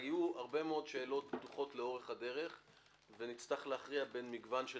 הרי יהיו הרבה שאלות פתוחות לאורך הדרך ונצטרך להכריע במגוון של